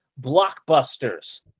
blockbusters